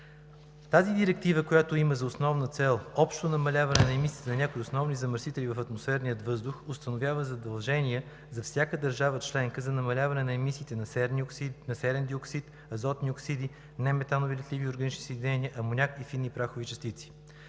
Тази директива, която има за основна цел общото намаляване на емисиите на някои основни замърсители в атмосферния въздух, установява задължения за всяка държава членка за намаляване на емисиите на серен диоксид, азотни оксиди, неметанови летливи органични съединения, амоняк и фини прахови частици.